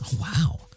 Wow